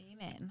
amen